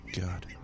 god